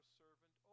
servant